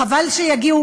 חבל שיגיעו,